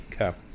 Okay